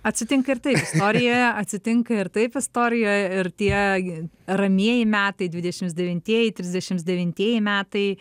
atsitinka ir taip istorijoje atsitinka ir taip istorijoje ir tie ramieji metai dvidešimt devintieji trisdešimt devintieji metai